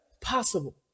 Possible